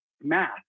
math